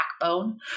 backbone